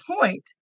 point